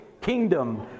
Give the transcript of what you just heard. kingdom